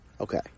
Okay